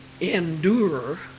endure